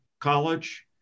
college